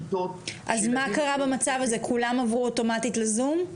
אז מה קרה במצב הזה, כולם עברו אוטומטית לזום?